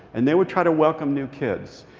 and they would try to welcome new kids.